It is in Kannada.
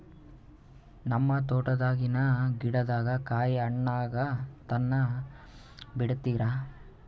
ನಿಮ್ಮ ತೋಟದಾಗಿನ್ ಗಿಡದಾಗ ಕಾಯಿ ಹಣ್ಣಾಗ ತನಾ ಬಿಡತೀರ?